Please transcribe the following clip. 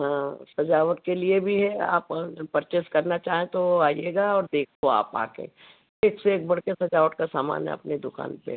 हाँ सजावट के लिए भी है आप परचेज़ करना चाहें तो आइएगा और देखो आप आ कर एक से एक बढ़ कर सजावट का सामान है अपनी दुकान पर